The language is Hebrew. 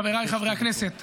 חבריי חברי הכנסת,